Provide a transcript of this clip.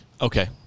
Okay